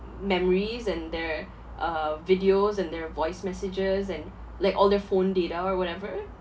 memories and their uh videos and their voice messages and like all their phone data or whatever